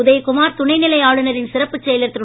உதயகுமார் துணைநிலை ஆளுனரின் சிறப்பு செயலர் திரு